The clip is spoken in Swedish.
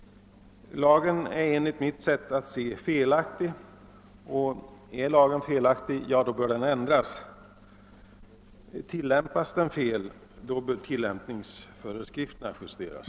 Enligt mitt sätt att se är lagen i detta avseende felaktig, och då bör den ändras. Och om lagen tillämpas felaktigt, så bör tillämpningsföreskrifterna justeras.